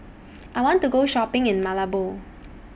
I want to Go Shopping in Malabo